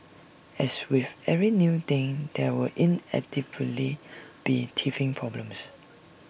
as with every new thing there will inevitably be teething problems